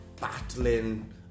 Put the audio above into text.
battling